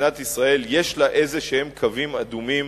שמדינת ישראל יש לה קווים אדומים